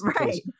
right